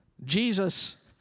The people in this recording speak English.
Jesus